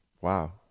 Wow